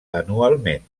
anualment